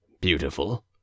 Beautiful